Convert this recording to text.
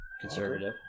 conservative